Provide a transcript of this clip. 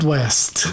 West